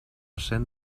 cent